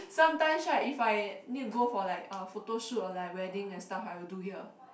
sometimes right if I need to go for like uh photoshoot or like wedding and stuff I will do here